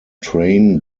train